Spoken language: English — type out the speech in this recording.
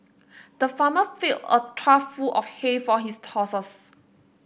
the farmer filled a trough full of hay for his horses